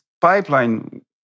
pipeline